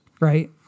right